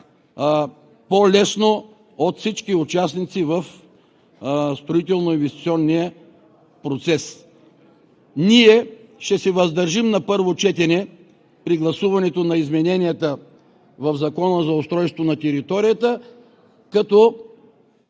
по-лесно от всички участници в строително-инвестиционния процес. Ние ще се въздържим на първо четене при гласуването на измененията в Закона за устройство на територията, като